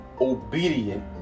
Obedient